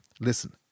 listen